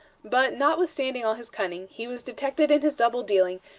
but, notwithstanding all his cunning, he was detected in his double dealing,